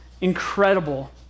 incredible